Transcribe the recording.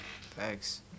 Thanks